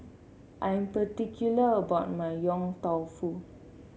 I'm particular about my Yong Tau Foo